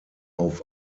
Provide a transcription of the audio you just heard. auf